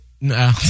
No